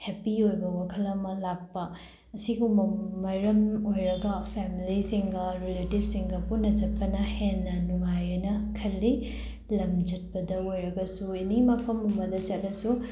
happy ꯑꯣꯏꯕ ꯋꯥꯈꯜ ꯑꯃ ꯂꯥꯛꯄ ꯑꯁꯤꯒꯨꯝꯕ ꯃꯔꯝ ꯑꯣꯏꯔꯒ ꯐꯦꯝꯂꯤꯁꯤꯡꯒ ꯔꯤꯂꯦꯇꯤꯚꯁꯤꯡꯒ ꯄꯨꯟꯅ ꯆꯠꯄꯅ ꯍꯦꯟꯅ ꯅꯨꯡꯉꯥꯏꯑꯦꯅ ꯈꯜꯂꯤ ꯂꯝ ꯆꯠꯄꯗ ꯑꯣꯏꯔꯒꯁꯨ ꯑꯦꯅꯤ ꯃꯐꯝ ꯑꯃꯗ ꯆꯠꯂꯁꯨ